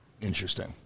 Interesting